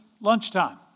lunchtime